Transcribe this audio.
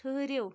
ٹھٕہرِو